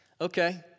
Okay